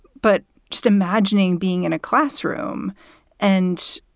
but just imagining being in a classroom and